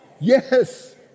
Yes